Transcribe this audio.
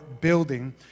building